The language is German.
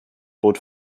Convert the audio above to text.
bot